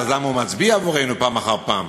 אז למה הוא מצביע עבורנו פעם אחר פעם?